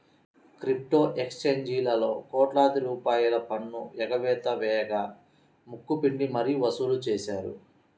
crypto ఎక్స్చేంజీలలో కోట్లాది రూపాయల పన్ను ఎగవేత వేయగా ముక్కు పిండి మరీ వసూలు చేశారు